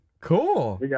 Cool